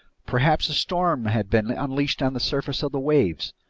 perhaps a storm had been unleashed on the surface of the waves?